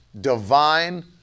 divine